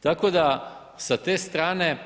Tako da sa te strane